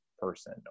person